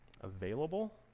available